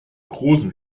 großen